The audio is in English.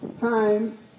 times